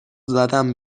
زدم